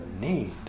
need